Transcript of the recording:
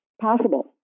possible